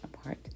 apart